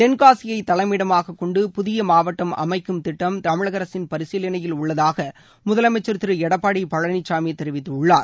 தெள்காசியை தலைமையிடமாகக் கொண்டு புதிய மாவட்டம் அமைக்கும் திட்டம் தமிழக அரசின் பரிசீலனையில் உள்ளதாக முதலமைச்சர் திரு எடப்பாடி பழனிசாமி தெரிவித்துள்ளார்